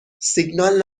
سیگنال